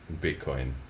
bitcoin